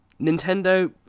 Nintendo